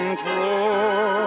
true